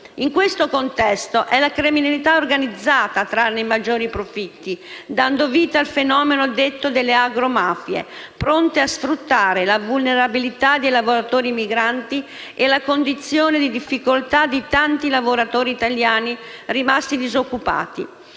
In questo contesto, è la criminalità organizzata a trarre i maggiori profitti, dando vita al fenomeno detto delle agromafie, pronte a sfruttare la vulnerabilità dei lavoratori migranti e la condizione di difficoltà di tanti lavoratori italiani rimasti disoccupati.